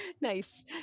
Nice